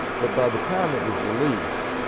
but by the time it was released,